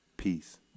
Peace